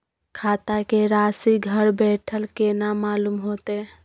खाता के राशि घर बेठल केना मालूम होते?